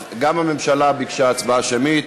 אז גם הממשלה ביקשה הצבעה שמית.